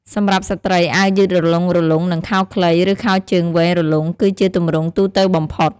សម្រាប់ស្ត្រី អាវយឺតរលុងៗ និងខោខ្លី ឬខោជើងវែងរលុង គឺជាទម្រង់ទូទៅបំផុត។